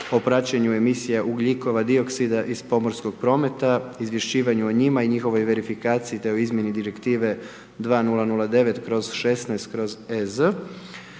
o praćenju emisija ugljikova dioksida iz pomorskog prometa, izvješćivanju o njima i njihovoj verifikaciji, te o izmjeni Direktive 2009/16/EZ,